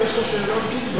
מה זה, יש לך שאלות קיטבג,